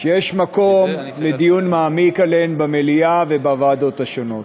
שיש מקום לדיון מעמיק עליהן במליאה ובוועדות השונות.